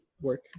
work